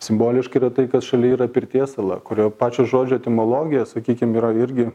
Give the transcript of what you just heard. simboliška yra tai kad šalia yra pirties sala kur jau pačios žodžio etimologija sakykim yra irgi